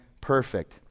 perfect